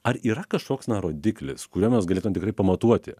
ar yra kažkoks na rodiklis kuriuo mes galėtume tikrai pamatuoti